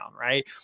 right